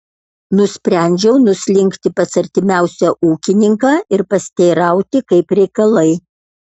nusprendžiau nuslinkti pas artimiausią ūkininką ir pasiteirauti kaip reikalai